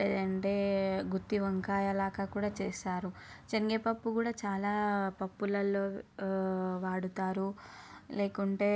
లేదంటే గుత్తి వంకాయ లాగా కూడా చేస్తారు శనగపప్పు కూడా చాలా పప్పులల్లో వాడతారు లేకుంటే